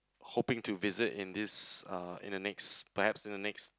hoping to visit in this uh in the next perhaps in the next